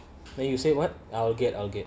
when you say what I'll get I'll get